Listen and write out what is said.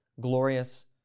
glorious